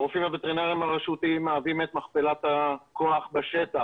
הרופאים הווטרינרים הרשותיים מהווים את מכפלת הכוח בשטח.